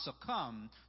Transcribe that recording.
succumb